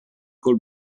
col